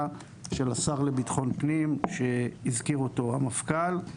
של השר לביטחון פנים שהזכיר אותו המפכ"ל.